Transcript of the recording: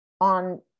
on